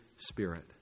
spirit